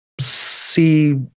see